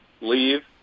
leave